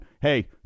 Hey